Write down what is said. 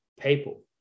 people